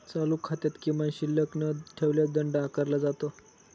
चालू खात्यात किमान शिल्लक न ठेवल्यास दंड आकारला जातो